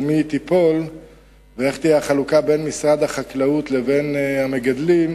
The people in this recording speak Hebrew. על מי זה ייפול ומה תהיה החלוקה בין משרד החקלאות לבין המגדלים,